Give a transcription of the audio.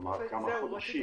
כלומר כמה חודשים.